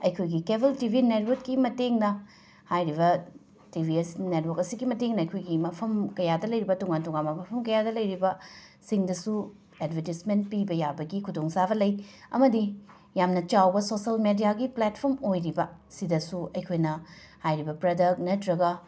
ꯑꯩꯈꯣꯏꯒꯤ cable TV ꯅꯦꯠꯋꯛꯒꯤ ꯃꯇꯦꯡꯅ ꯍꯥꯏꯔꯤꯕ ꯇꯤꯕꯤ ꯑꯁꯤ ꯅꯦꯠꯋꯛ ꯑꯁꯤꯒꯤ ꯃꯇꯦꯡꯅ ꯑꯩꯈꯣꯏꯒꯤ ꯃꯐꯝ ꯀꯌꯥꯗ ꯂꯩꯔꯤꯕ ꯇꯣꯉꯥꯟ ꯇꯣꯉꯥꯟꯕ ꯃꯐꯝ ꯀꯌꯥꯗ ꯂꯩꯔꯤꯕ ꯁꯤꯡꯗꯁꯨ ꯑꯦꯠꯕꯔꯇꯤꯁꯃꯦꯟ ꯄꯤꯕ ꯌꯥꯕꯒꯤ ꯈꯨꯗꯣꯡꯆꯥꯕ ꯂꯩ ꯑꯃꯗꯤ ꯌꯥꯝꯅ ꯆꯥꯎꯕ ꯁꯣꯁꯦꯜ ꯃꯦꯗꯤꯌꯥꯒꯤ ꯄ꯭ꯂꯦꯠꯐꯣꯝ ꯑꯣꯏꯔꯤꯕꯁꯤꯗꯁꯨ ꯑꯩꯈꯣꯏꯅ ꯍꯥꯏꯔꯤꯕ ꯄ꯭ꯔꯗꯛ ꯅꯠꯇ꯭ꯔꯒ